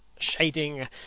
shading